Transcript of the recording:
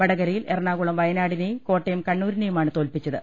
വടകരയിൽ എറണാകുളം വയനാടിനെയും കോട്ടയം കണ്ണൂരിനെയുമാണ് തോൽപ്പിച്ചത്